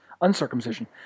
uncircumcision